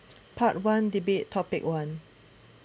part one debate topic one